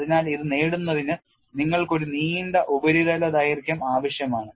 അതിനാൽ ഇത് നേടുന്നതിന് നിങ്ങൾക്ക് ഒരു നീണ്ട ഉപരിതല ദൈർഘ്യം ആവശ്യമാണ്